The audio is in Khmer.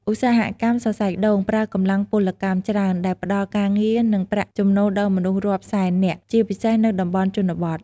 ឧស្សាហកម្មសរសៃដូង ប្រើកម្លាំងពលកម្មច្រើន ដែលផ្តល់ការងារ និងប្រាក់ចំណូលដល់មនុស្សរាប់សែននាក់ ជាពិសេសនៅតំបន់ជនបទ។